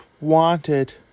wanted